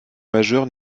majeure